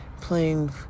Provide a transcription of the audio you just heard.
playing